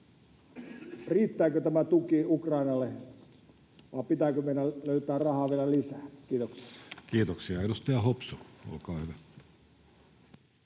riittääkö tämä tuki Ukrainalle, vai pitääkö meidän löytää rahaa vielä lisää? — Kiitoksia. Kiitoksia. — Edustaja Hopsu, olkaa hyvä.